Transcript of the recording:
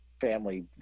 family